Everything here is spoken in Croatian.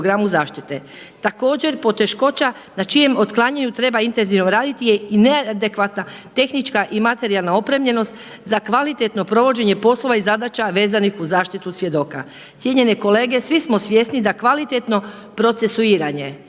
Također poteškoća na čijem otklanjanju treba intenzivno raditi je i neadekvatna tehnička i materijalna opremljenost za kvalitetno provođenje poslova i zadaća vezanih u zaštitu svjedoka. Cijenjene kolege, svi smo svjesni da kvalitetno procesuiranje